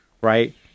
right